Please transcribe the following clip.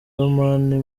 lomami